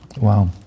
Wow